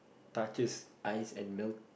touches ice and melt